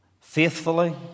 faithfully